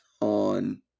on